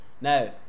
Now